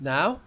Now